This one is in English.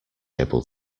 able